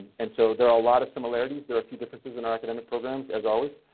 and so there are a lot of similarities. there are few differences in our academic programs as always,